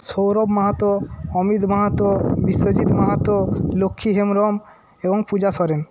সৌরভ মাহাতো অমিত মাহাতো বিশ্বজিৎ মাহাতো লক্ষ্মী হেমব্রম এবং পূজা সরেন